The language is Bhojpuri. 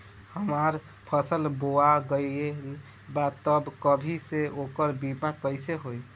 हमार फसल बोवा गएल बा तब अभी से ओकर बीमा कइसे होई?